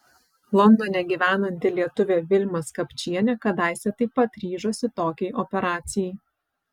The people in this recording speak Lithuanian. londone gyvenanti lietuvė vilma skapčienė kadaise taip pat ryžosi tokiai operacijai